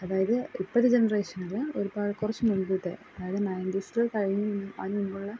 അതായത് ഇപ്പോഴത്തെ ജെനറേഷൻൽ ഒരുപാട് കുറച്ച് മുൻപത്തെ അതായത് നയൻറ്റീസ്സ് കഴിഞ്ഞ് അതിന് മുന്പുള്ള